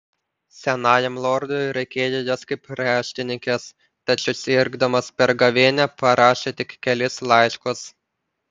senajam lordui reikėjo jos kaip raštininkės tačiau sirgdamas per gavėnią parašė tik kelis laiškus